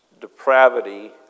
depravity